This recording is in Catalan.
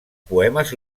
poemes